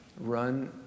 run